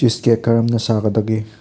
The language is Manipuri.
ꯆꯤꯁꯀꯦꯛ ꯀꯔꯝꯅ ꯁꯥꯒꯗꯒꯦ